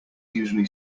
usually